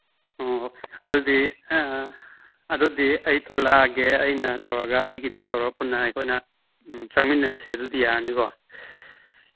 ꯑꯣ ꯑꯗꯨꯗꯤ ꯑꯗꯨꯗꯤ ꯑꯩ ꯊꯣꯛꯂꯛꯑꯒꯦ ꯑꯩꯅ ꯇꯧꯔꯒ ꯑꯩꯒꯤꯗ ꯇꯧꯔ ꯄꯨꯟꯅ ꯑꯩꯈꯣꯏꯅ ꯆꯪꯃꯤꯟꯅꯔꯁꯤ ꯑꯗꯨꯗꯤ ꯌꯥꯔꯅꯤꯀꯣ